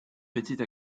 petite